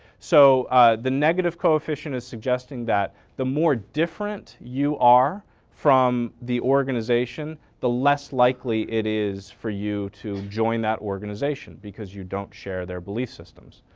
so the negative coefficient is suggesting that the more different you are from the organization the less likely it is for you to join that organization because you don't share their belief systems.